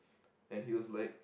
and he was like